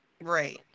right